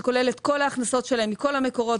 שכולל את כל ההכנסות שלהם מכל המקורות,